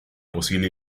posible